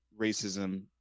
racism